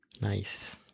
Nice